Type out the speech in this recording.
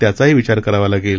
त्याचाही विचार करावा लागेल